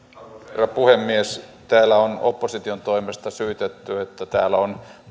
herra puhemies täällä on opposition toimesta syytetty että täällä on